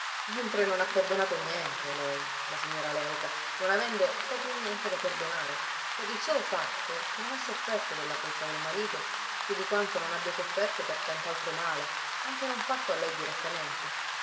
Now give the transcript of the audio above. mentre non ha perdonato niente lei la signora léuca non avendo proprio niente da perdonare per il solo fatto che non ha sofferto della colpa del marito più di quanto non abbia sofferto per tant'altro male anche non fatto a lei direttamente